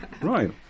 Right